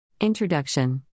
Introduction